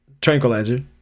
Tranquilizer